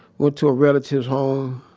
went to a relative's home.